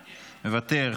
מוותר,